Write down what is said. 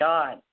God